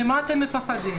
ממה אתם מפחדים?